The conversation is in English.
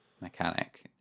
mechanic